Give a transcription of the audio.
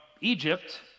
Egypt